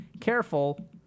careful